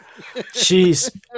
jeez